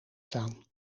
staan